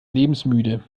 lebensmüde